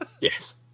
Yes